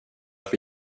får